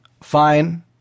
fine